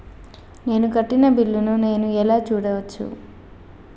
నేను కట్టిన బిల్లు ను నేను ఎలా చూడచ్చు?